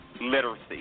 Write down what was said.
literacy